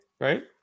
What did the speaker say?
Right